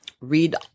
read